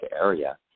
area